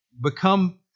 become